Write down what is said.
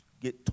get